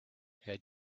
had